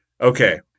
Okay